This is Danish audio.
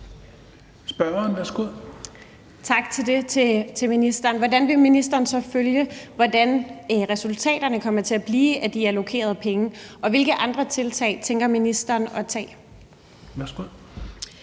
Velasquez (EL): Tak for det til ministeren. Hvordan vil ministeren så følge, hvad resultaterne kommer til at blive af de allokerede penge, og hvilke andre tiltag tænker ministeren at tage? Kl.